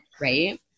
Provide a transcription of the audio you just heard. Right